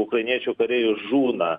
ukrainiečių kariai žūna